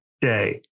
day